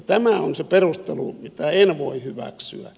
tämä on se perustelu mitä en voi hyväksyä